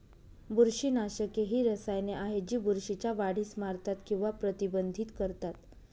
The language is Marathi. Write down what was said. बुरशीनाशके ही रसायने आहेत जी बुरशीच्या वाढीस मारतात किंवा प्रतिबंधित करतात